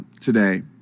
today